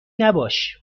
نباش